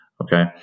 Okay